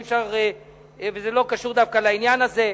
אי-אפשר, וזה לא קשור דווקא לעניין הזה,